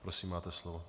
Prosím, máte slovo.